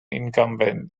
incumbent